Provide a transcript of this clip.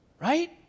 right